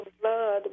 blood